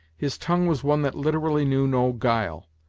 his tongue was one that literally knew no guile.